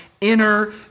inner